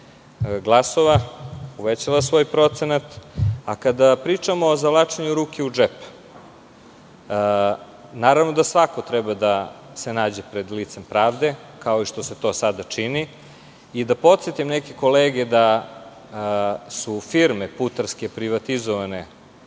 glasova i uvećala svoj procenat. Kada pričamo o zavlačenju ruke u džep, naravno da svako treba da se nađe pred licem pravde, kao što se to i sada čini. Da podsetim neke kolege kada su putarske firme privatizovane,